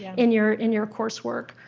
in your in your coursework.